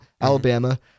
Alabama